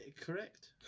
Correct